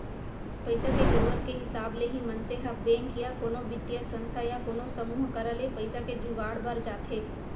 पइसा के जरुरत के हिसाब ले ही मनसे ह बेंक या कोनो बित्तीय संस्था या कोनो समूह करा ले पइसा के जुगाड़ बर जाथे